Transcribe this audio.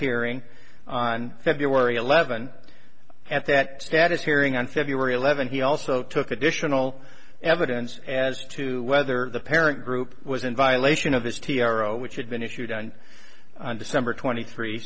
hearing on february eleventh at that status hearing on february eleventh he also took additional evidence as to whether the parent group was in violation of his t r o which had been issued on december twenty three